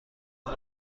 مال